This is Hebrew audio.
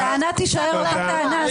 הטענה תישאר אותה טענה,